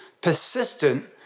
persistent